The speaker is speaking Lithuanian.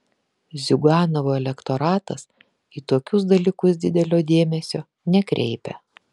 ziuganovo elektoratas į tokius dalykus didelio dėmesio nekreipia